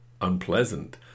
unpleasant